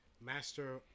Master